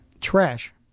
trash